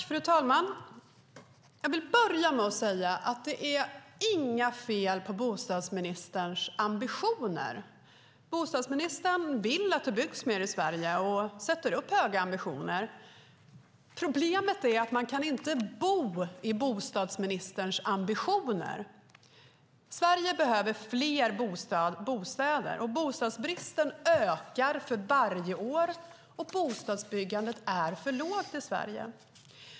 Fru talman! Jag vill börja med att säga att det inte är några fel på bostadsministerns ambitioner. Bostadsministern vill att det byggs mer i Sverige, och han sätter upp höga ambitioner. Problemet är att man inte kan bo i bostadsministerns ambitioner. Sverige behöver fler bostäder. Bostadsbristen ökar för varje år. Bostadsbyggandet är för lågt i Sverige.